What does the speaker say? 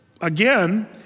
again